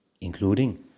including